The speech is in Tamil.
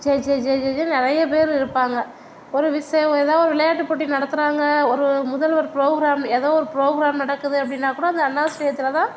ஜே ஜே ஜே ஜே ஜேனு நிறைய பேர் இருப்பாங்க ஒரு விஷயம் ஏதாவது ஒரு விளையாட்டுப் போட்டி நடத்துகிறாங்க ஒரு முதல்வர் ப்ரோக்ராம் ஏதோ ஒரு ப்ரோக்ராம் நடக்குது அப்படினா கூட அது அண்ணா ஸ்டேடியத்தில்தான்